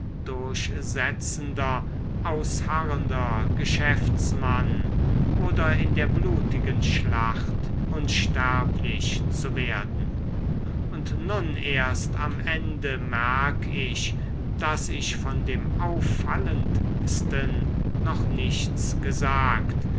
durchsetzender ausharrender geschäftsmann oder in der blutigen schlacht unsterblich zu werden und nun erst am ende merk ich daß ich von dem auffallendsten noch nichts gesagt